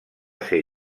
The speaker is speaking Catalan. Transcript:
ser